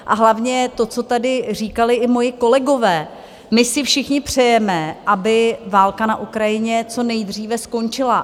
A hlavně to, co tady říkali i moji kolegové, my si všichni přejeme, aby válka na Ukrajině co nejdříve skončila.